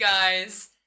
guys